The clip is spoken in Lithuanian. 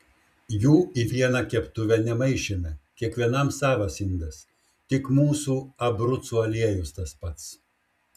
jų į vieną keptuvę nemaišėme kiekvienam savas indas tik mūsų abrucų aliejus tas pats